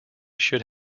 should